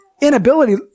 inability